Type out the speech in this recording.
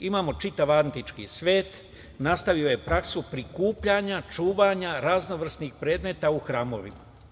Imamo čitav antički svet, nastavio je praksu prikupljanja, čuvanja raznovrsnih predmeta u hramovima.